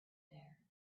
there